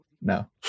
No